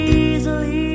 easily